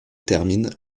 termine